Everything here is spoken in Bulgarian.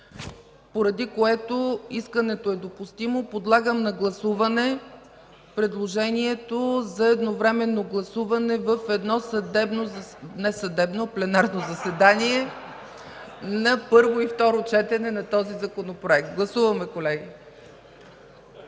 Поради това искането е допустимо. Подлагам на гласуване предложението за едновременно гласуване в едно пленарно заседание на първо и второ четене на този Законопроект. Гласували